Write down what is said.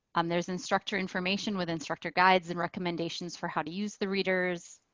um there's instructor information with instructor guides and recommendations for how to use the readers.